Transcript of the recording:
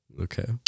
Okay